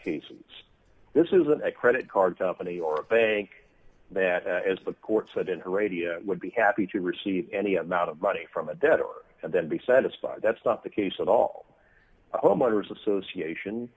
case this isn't a credit card company or a bank that as the court said in a radio would be happy to receive any amount of money from a debtor and then be satisfied that's not the case that all homeowners association